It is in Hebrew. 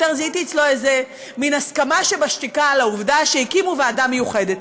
יותר זיהיתי אצלו איזו מין הסכמה שבשתיקה על העובדה שהקימו ועדה מיוחדת.